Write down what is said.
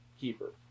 keeper